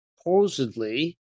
supposedly